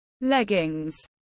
leggings